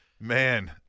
Man